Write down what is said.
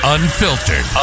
Unfiltered